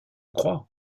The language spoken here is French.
crois